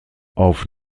auf